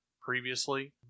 previously